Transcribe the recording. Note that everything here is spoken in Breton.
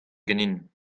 ganin